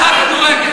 בזמנים?